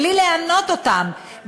בלי לענות אותם,